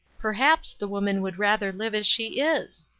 perhaps the woman would rather live as she is.